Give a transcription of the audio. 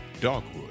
DOGWOOD